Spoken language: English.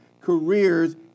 careers